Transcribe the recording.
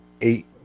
eight